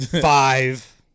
Five